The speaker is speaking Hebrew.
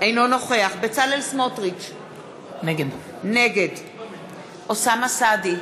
אינו נוכח בצלאל סמוטריץ, נגד אוסאמה סעדי,